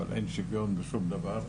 אבל אין שוויון בשום דבר,